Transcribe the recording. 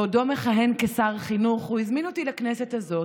בעודו מכהן כשר חינוך, הוא הזמין אותי לכנסת הזאת.